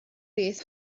beth